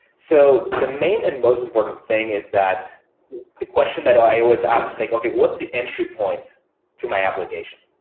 so the main and most important thing is that the question that i was asked is like, okay, what's the entry point to my application?